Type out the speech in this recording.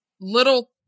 little